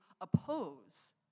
oppose